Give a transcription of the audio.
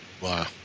Wow